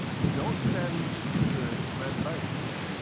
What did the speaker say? don't send users red bytes.